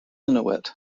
inuit